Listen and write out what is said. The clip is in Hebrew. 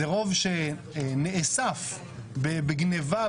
זה רוב שנאסף בגניבה,